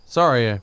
Sorry